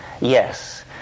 Yes